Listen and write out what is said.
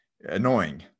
annoying